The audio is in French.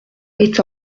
est